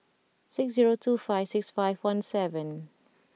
six zero two five six five one seven